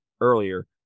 earlier